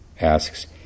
asks